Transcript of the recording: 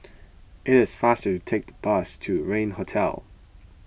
it is faster to take the bus to Regin Hotel